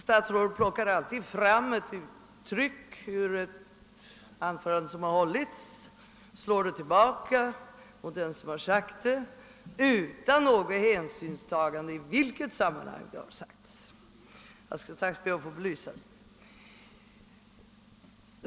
Statsrådet plockar alltid fram ett uttryck ur ett anförande som hållits och slår tillbaka det mot den som använt uttrycket utan hänsynstagande till i vilket sammanhang det skett — jag skall strax belysa detta.